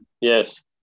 Yes